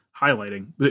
highlighting